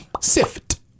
sift